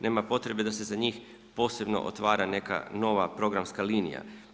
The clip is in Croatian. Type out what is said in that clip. Nema potrebe da se za njih posebno otvara neka nova programska linija.